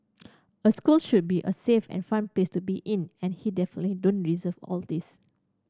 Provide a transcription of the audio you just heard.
a school should be a safe and fun place to be in and he definitely don't deserve all these